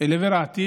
אל עבר העתיד,